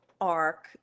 arc